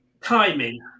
Timing